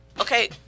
Okay